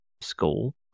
school